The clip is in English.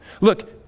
Look